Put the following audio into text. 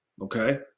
okay